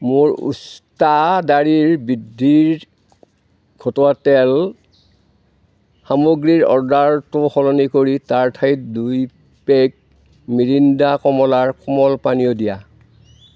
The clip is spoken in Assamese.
মোৰ উষ্ট্ৰা দাঢ়িৰ বৃদ্ধিৰ ঘটোৱা তেল সামগ্ৰীৰ অৰ্ডাৰটো সলনি কৰি তাৰ ঠাইত দুই পেক মিৰিণ্ডা কমলাৰ কোমল পানীয় দিয়া